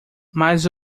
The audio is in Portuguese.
mas